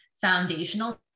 foundational